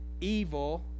evil